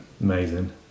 Amazing